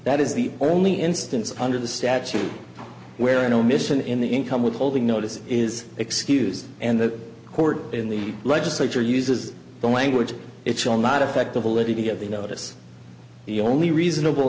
that is the only instance under the statute where an omission in the income withholding notice is excuse and the court in the legislature uses the language it shall not affect the validity of the notice the only reasonable